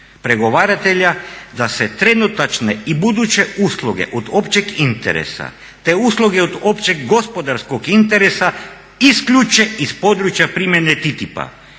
pregovaratelja da se trenutačne i buduće usluge od općeg interesa te usluge od općeg gospodarskog interesa isključe iz područja primjene TTIP-a